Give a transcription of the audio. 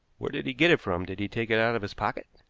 where did he get it from? did he take it out of his pocket?